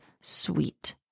sweet